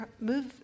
move